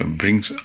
brings